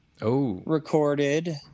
Recorded